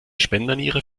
spenderniere